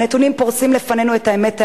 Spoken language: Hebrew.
הנתונים פורסים בפנינו את האמת העירומה.